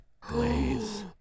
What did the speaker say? glaze